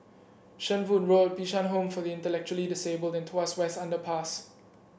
Shenvood Road Bishan Home for the Intellectually Disabled and Tuas West Underpass